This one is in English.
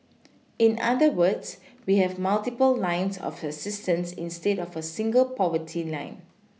in other words we have multiple lines of assistance instead of a single poverty line